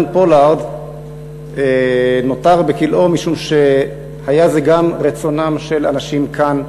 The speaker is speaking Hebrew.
פולארד נותר בכלאו משום שהיה זה גם רצונם של אנשים כאן,